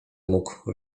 mógł